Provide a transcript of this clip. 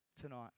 tonight